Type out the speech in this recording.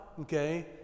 okay